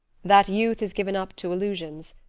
that youth is given up to illusions.